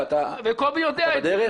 וקובי יודע את זה,